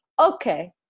Okay